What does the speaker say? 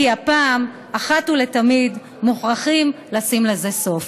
כי הפעם, אחת ולתמיד, מוכרחים לשים לזה סוף.